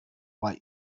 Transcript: white